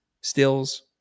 stills